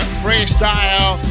freestyle